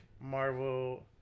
Marvel